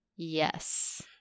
Yes